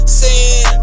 sin